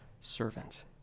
servant